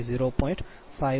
88 sin 1